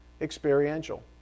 experiential